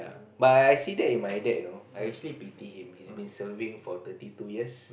but I see that in my dad you know I actually pity him he's been serving for thirty two years